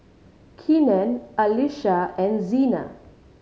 Kenan Alysha and Zena